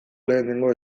lehenengo